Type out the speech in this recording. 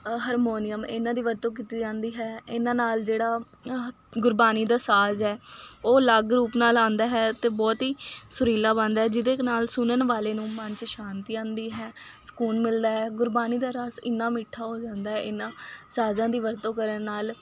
harmonium ਇਹਨਾਂ ਦੀ ਵਰਤੋਂ ਕੀਤੀ ਜਾਂਦੀ ਹੈ ਇਹਨਾਂ ਨਾਲ ਜਿਹੜਾ ਗੁਰਬਾਣੀ ਦਾ ਸਾਜ ਹੈ ਉਹ ਅਲੱਗ ਰੂਪ ਨਾਲ ਆਉਂਦਾ ਹੈ ਅਤੇ ਬਹੁਤ ਹੀ ਸੁਰੀਲਾ ਬਣਦਾ ਹੈ ਜਿਹਦੇ ਨਾਲ ਸੁਣਨ ਵਾਲੇ ਨੂੰ ਮਨ 'ਚ ਸ਼ਾਂਤੀ ਆਉਂਦੀ ਹੈ ਸਕੂਨ ਮਿਲਦਾ ਹੈ ਗੁਰਬਾਣੀ ਦਾ ਰਸ ਇੰਨਾ ਮਿੱਠਾ ਹੋ ਜਾਂਦਾ ਇਹਨਾਂ ਸਾਜਾਂ ਦੀ ਵਰਤੋਂ ਕਰਨ ਨਾਲ